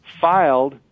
filed